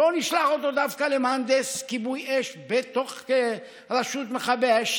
לא נשלח אותו דווקא למהנדס כיבוי אש בתוך רשות מכבי האש,